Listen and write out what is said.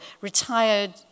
retired